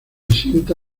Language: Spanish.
asienta